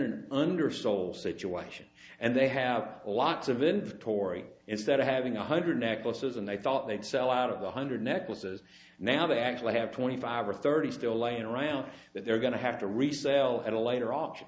an under social situation and they have lots of inventory instead of having one hundred necklaces and i thought they'd sell out of one hundred necklaces now they actually have twenty five or thirty still laying around that they're going to have to resell at a later option